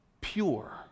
pure